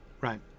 right